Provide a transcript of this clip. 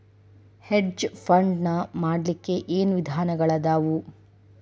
Hedge fund ನ ಮಾಡ್ಲಿಕ್ಕೆ ಏನ್ ವಿಧಾನಗಳದಾವು?